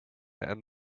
and